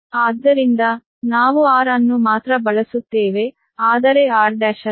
ಆದ್ದರಿಂದ ನಾವು r ಅನ್ನು ಮಾತ್ರ ಬಳಸುತ್ತೇವೆ ಆದರೆ r' ಅಲ್ಲ